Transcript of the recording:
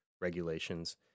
regulations